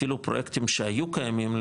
אפילו פרויקטים שהיו קיימים,